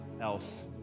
else